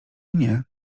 nie